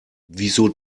wieso